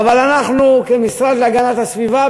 אבל אנחנו כמשרד להגנת הסביבה,